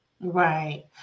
Right